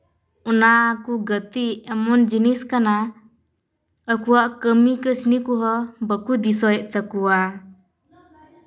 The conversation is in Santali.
ᱚᱱᱟ ᱠᱚ ᱜᱟᱛᱮᱜ ᱮᱢᱚᱱ ᱡᱤᱱᱤᱥ ᱠᱟᱱᱟ ᱟᱠᱚᱣᱟᱜ ᱠᱟᱹᱢᱤ ᱠᱟᱹᱥᱱᱤ ᱠᱚᱦᱚᱸ ᱵᱟᱠᱚ ᱫᱤᱥᱟᱹᱭᱮᱫ ᱛᱟᱠᱚᱣᱟ